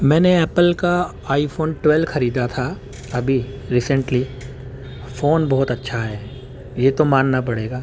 میں نے ایپل کا آئی فون ٹویلو خریدا تھا ابھی ریسنٹلی فون بہت اچھا ہے یہ تو ماننا پڑے گا